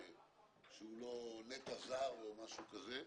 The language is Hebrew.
שהוא לא נטע זר או משהו כזה.